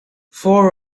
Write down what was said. four